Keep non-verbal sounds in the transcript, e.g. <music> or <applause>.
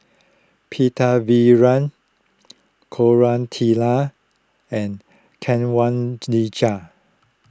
Pritiviraj Koratala and <unintelligible>